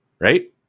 Right